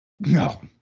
No